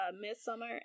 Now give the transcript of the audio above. Midsummer